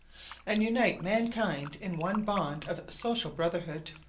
and unite mankind in one bond of social brotherhood.